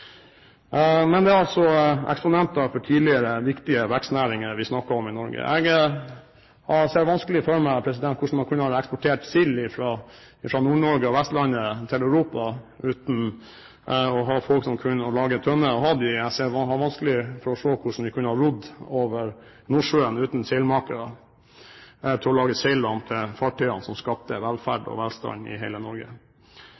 Men det er altså eksponenter for tidligere viktige vekstnæringer vi snakker om i Norge. Jeg ser vanskelig for meg hvordan man kunne ha eksportert sild fra Nord-Norge og Vestlandet til Europa uten å ha folk som kunne lage tønner å ha den i. Jeg har vanskelig for å se hvordan de kunne ha rodd over Nordsjøen uten seilmakere til å lage seilene til fartøyene som skapte velferd